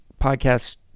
podcast